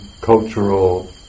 cultural